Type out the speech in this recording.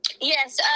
Yes